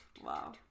Wow